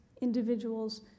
individuals